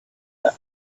the